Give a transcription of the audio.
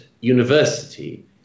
University